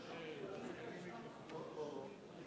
בבקשה.